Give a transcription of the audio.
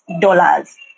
dollars